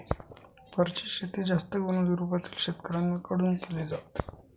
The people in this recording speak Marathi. फरची शेती जास्त करून युरोपातील शेतकऱ्यांन कडून केली जाते